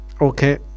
Okay